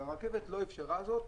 הרכבת לא אפשרה זאת,